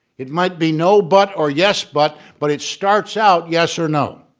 it might be no but, or yes but, but it starts out. yes or no.